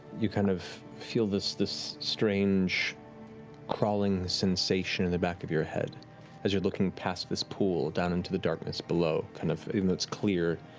you kind of feel this this strange crawling sensation in the back of your head as you're looking past this pool down into the darkness below. kind of even though it's clear,